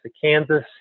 Kansas